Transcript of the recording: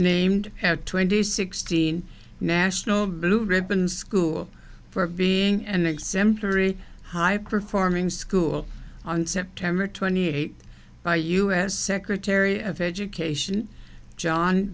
twenty sixteen national blue ribbon school for being an exemplary high performing school on september twenty eighth by u s secretary of education john